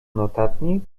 notatnik